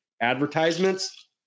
advertisements